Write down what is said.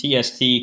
TST